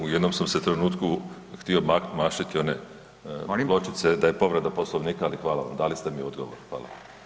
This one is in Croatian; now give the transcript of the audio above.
U jednom sam se trenutku htio mašiti one [[Upadica: Molim?]] pločice da je povreda Poslovnika, ali hvala vam, dali ste mi odgovor, hvala.